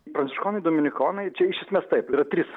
pranciškonai dominikonai čia iš esmės taip yra trys